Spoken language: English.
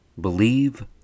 Believe